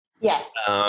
Yes